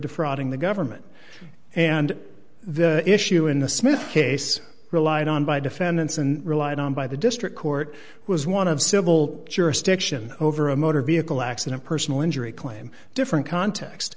defrauding the government and the issue in the smith case relied on by defendants and relied on by the district court was one of civil jurisdiction over a motor vehicle accident personal injury claim different context